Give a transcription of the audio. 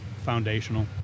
Foundational